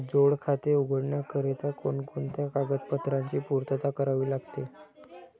जोड खाते उघडण्याकरिता कोणकोणत्या कागदपत्रांची पूर्तता करावी लागते?